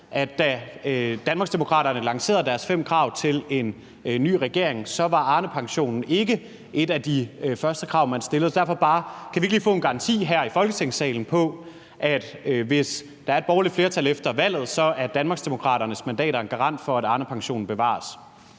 at da Danmarksdemokraterne lancerede deres fem krav til en ny regering, var Arnepensionen ikke et af de første krav, man stillede. Så derfor vil jeg bare høre: Kan vi ikke lige få en garanti her i Folketingssalen for, at hvis der er et borgerligt flertal efter valget, er Danmarksdemokraternes mandater en garant for, at Arnepensionen bevares?